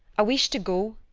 i wish to go.